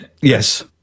yes